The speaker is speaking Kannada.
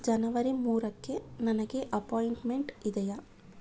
ಜನವರಿ ಮೂರಕ್ಕೆ ನನಗೆ ಅಪಾಯಿಂಟ್ಮೆಂಟ್ ಇದೆಯೆ